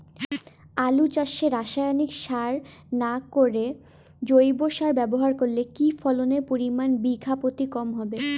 আলু চাষে রাসায়নিক সার না করে জৈব সার ব্যবহার করলে কি ফলনের পরিমান বিঘা প্রতি কম হবে?